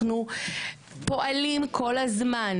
אנחנו פועלים כל הזמן